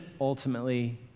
ultimately